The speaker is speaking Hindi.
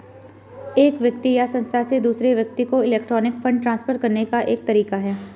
एक व्यक्ति या संस्था से दूसरे व्यक्ति को इलेक्ट्रॉनिक फ़ंड ट्रांसफ़र करने का एक तरीका है